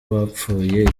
bapfuye